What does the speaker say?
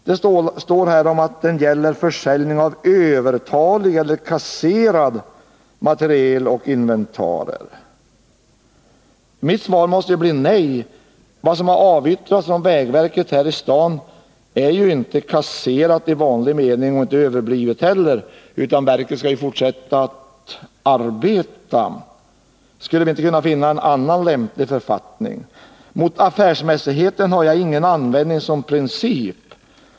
Det sägs att den gäller försäljning av övertalig eller kasserad materiel och inventarier. Mitt svar måste bli ett nej. Vad som har avyttrats från vägverket här i staden är ju inte kasserat i vanlig mening och inte heller överblivet. Verket skall ju fortsätta att arbeta. Skulle det inte gå att finna en annan lämplig författning? Mot affärsmässigheten har jag i princip inget att invända.